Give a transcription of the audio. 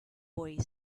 boy